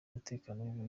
umutekano